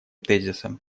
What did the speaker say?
тезисом